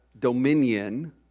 dominion